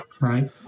Right